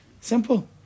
Simple